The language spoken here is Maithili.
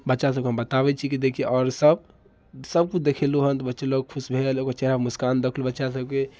बच्चा सबके हम बताबैत छी कि देखही आओर सब सब किछु देखेलहुँ हँ तऽ बच्चो लोग खुश भेल ओकर चेहरा पर मुस्कान देखलहुँ बच्चा सबके